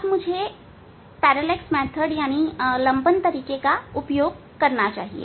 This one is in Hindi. अब मुझे लंबन तरीका उपयोग में लेना चाहिए